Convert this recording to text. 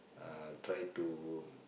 uh try to